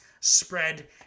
spread